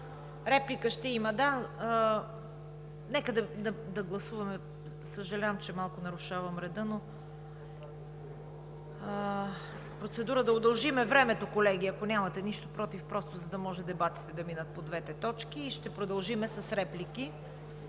Реплика ще има. Съжалявам, че малко нарушавам реда. Процедурата е да удължим времето, колеги, ако нямате нищо против, за да може дебатите да минат по двете точки, и ще продължим с реплики